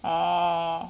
orh